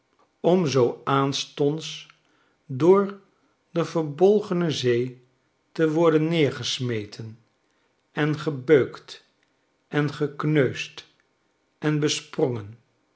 om zoo aanstonds door de verbolgene zee te worden neergesmeten en gebeukt en gekneusd en besprongen